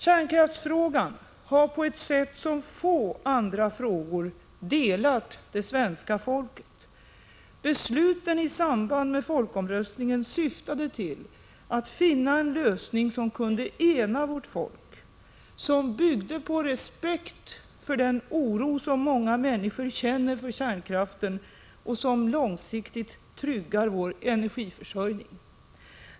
Kärnkraftsfrågan har på ett sätt som få andra frågor delat det svenska folket. Besluten i samband med folkomröstningen syftade till att finna en lösning, som kunde ena vårt folk, som byggde på respekt för den oro som många människor känner för kärnkraften och som långsiktigt tryggar vår energiförsörjning.